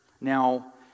Now